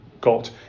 got